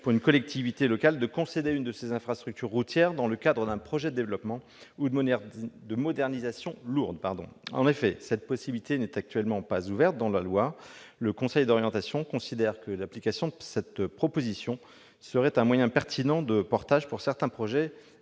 pour une collectivité locale, de concéder l'une de ses infrastructures routières dans le cadre d'un projet de développement ou de modernisation lourde. En effet, cette possibilité n'est actuellement pas ouverte dans la loi. Le COI considère que la mise en oeuvre d'une telle proposition serait un moyen pertinent de portage pour certains projets.